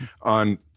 on